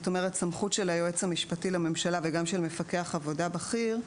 זאת אומרת סמכות היועץ המשפטי לממשלה וגם של מפקח עבודה בכיר,